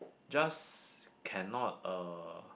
just cannot uh